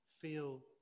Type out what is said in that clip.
feel